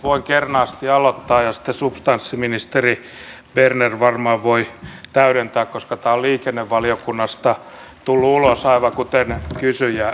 voin kernaasti aloittaa ja sitten substanssiministeri berner varmaan voi täydentää koska tämä on liikennevaliokunnasta tullut ulos aivan kuten kysyjä sanoi